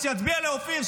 אז שיצביע לאופיר,